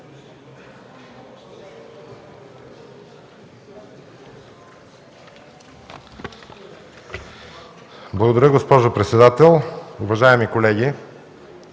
Благодаря, госпожо председател. Уважаеми колеги,